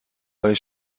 های